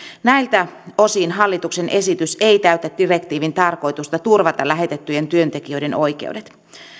näiltä osin hallituksen esitys ei täytä direktiivin tarkoitusta turvata lähetettyjen työntekijöiden oikeudet